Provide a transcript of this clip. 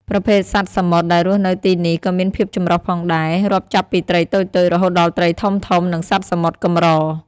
ប្រភេទសត្វសមុទ្រដែលរស់នៅទីនេះក៏មានភាពចម្រុះផងដែរ រាប់ចាប់ពីត្រីតូចៗ រហូតដល់ត្រីធំៗ និងសត្វសមុទ្រកម្រ។